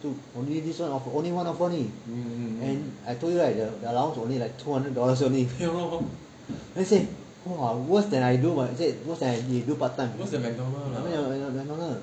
就 only this [one] offer her only one offer only and I told you right the the allowance only like two hundred dollars only then I say !wah! worse than I do I say worse than you do part time worse than McDonald's